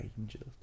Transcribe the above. Angels